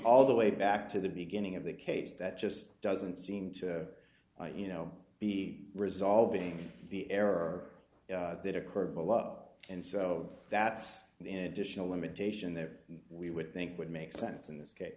all the way back to the beginning of the case that just doesn't seem to you know be resolving the error that occurred and so that's an additional limitation that we would think would make sense in this case